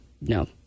no